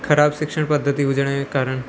ख़राबु शिक्षण पद्दती हुजण जे कारण